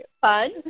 Fun